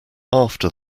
after